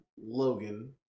Logan